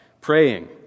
praying